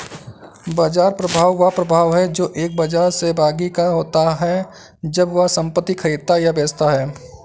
बाजार प्रभाव वह प्रभाव है जो एक बाजार सहभागी का होता है जब वह संपत्ति खरीदता या बेचता है